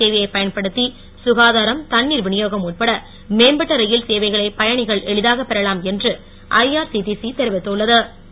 சேவையைப் பயன்படுத்தி சுகாதாரம் தண்ணீர் விநியோகம் உட்பட மேம்பட்ட ரயில் சேவைகளை பயணிகள் எளிதாக பெறலாம் என்று ஐஆர் சிடிசி தெரிவித்துள்ள து